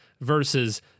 Versus